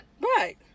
right